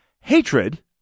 hatred